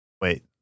Wait